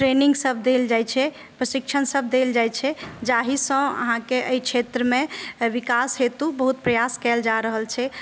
training सभ देल जाइ छै प्रशिक्षण सभ देल जाइ छै जाहिसँ अहाँकेँ एहि क्षेत्रमे विकास हेतु बहुत प्रयास कयल जा रहल छै